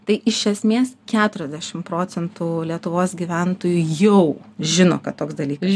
tai iš esmės keturiasdešimt procentų lietuvos gyventojų jau žino kad toks dalykas